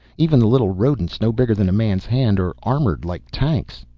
even the little rodents no bigger than a man's hand are armored like tanks.